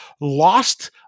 lost